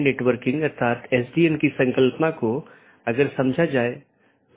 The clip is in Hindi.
ऑटॉनमस सिस्टम संगठन द्वारा नियंत्रित एक इंटरनेटवर्क होता है